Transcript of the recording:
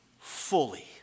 fully